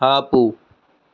ఆపు